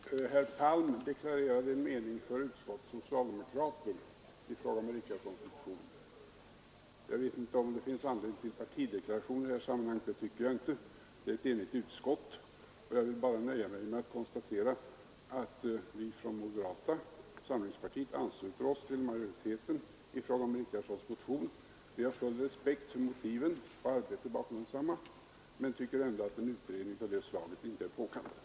Fru talman! Herr Palm deklarerade en mening för utskottets socialdemokrater i fråga om herr Richardsons motion. Jag tycker inte att det finns anledning till partideklarationer i det här sammanhanget. Det är ett enigt utskott, och jag vill nöja mig med att konstatera att vi från moderata samlingspartiet ansluter oss till utskottet i fråga om herr Richardsons motion. Vi har full respekt för motiven och arbetet bakom densamma men tycker ändå inte att en utredning av det slaget är påkallad.